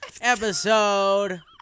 Episode